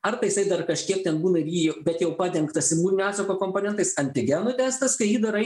ar tai jisai dar kažkiek ten būna jį bet jau padengtas imuninio atsako komponentais antigenų testas kai jį darai